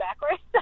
backwards